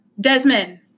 Desmond